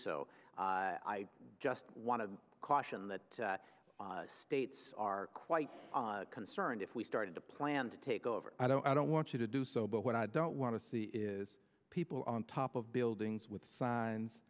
so i just want to caution that states are quite concerned if we started to plan to take over i don't i don't want you to do so but what i don't want to see is people on top of buildings with signs